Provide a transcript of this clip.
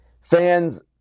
Fans